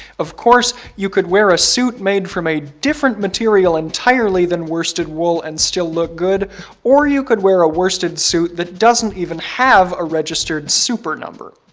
of course, you could wear a suit made from a different material entirely than worsted wool and still look good or you could wear a worsted suit that doesn't even have a registered super number.